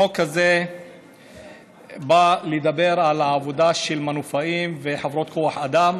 החוק הזה בא לדבר על העבודה של מנופאים וחברות כוח אדם.